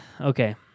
Okay